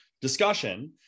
discussion